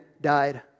died